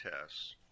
tests